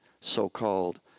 so-called